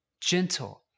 gentle